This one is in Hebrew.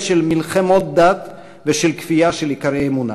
של מלחמות דת ושל כפייה של עיקרי אמונה.